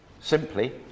Simply